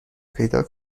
پیدا